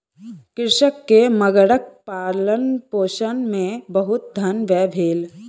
कृषक के मगरक पालनपोषण मे बहुत धन व्यय भेल